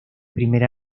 primer